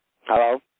Hello